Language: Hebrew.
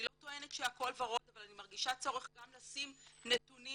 אני לא טוענת שהכל ורוד אבל אני מרגישה צורך גם לשים נתונים